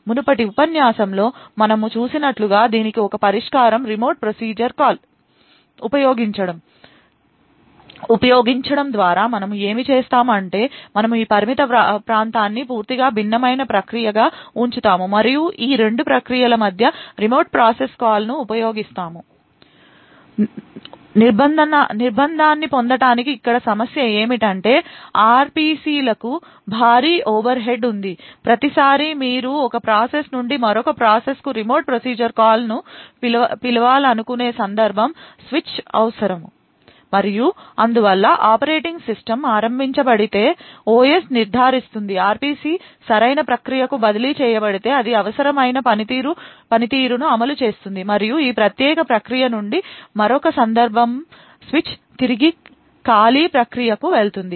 మునుపటి ఉపన్యాసంలో మనము చూసినట్లుగా దీనికి ఒక పరిష్కారం రిమోట్ ప్రొసీజర్ కాల్స్ ఉపయోగించడం ద్వారా మనము ఏమి చేస్తాము అంటే మనము ఈ పరిమిత ప్రాంతాన్ని పూర్తిగా భిన్నమైన ప్రక్రియగా ఉంచుతాము మరియు ఈ రెండు ప్రక్రియల మధ్య రిమోట్ ప్రాసెస్ కాల్స్ ఉపయోగిస్తాము నిర్బంధాన్ని పొందటానికి ఇక్కడ సమస్య ఏమిటంటే ఆర్పిసిలకు భారీ ఓవర్హెడ్ ఉంది ప్రతిసారీ మీరు ఒక ప్రాసెస్ నుండి మరొక ప్రాసెస్కు రిమోట్ ప్రొసీజర్ కాల్ను పిలవాలనుకునే సందర్భం స్విచ్ అవసరం మరియు అందువల్ల ఆపరేటింగ్ సిస్టమ్ ఆరంభించబడితే OS నిర్ధారిస్తుంది RPC సరైన ప్రక్రియకు బదిలీ చేయబడితే అది అవసరమైన పనితీరును అమలు చేస్తుంది మరియు ఈ ప్రత్యేక ప్రక్రియ నుండి మరొక సందర్భం స్విచ్ తిరిగి కాలీ ప్రక్రియకు వెళ్తుంది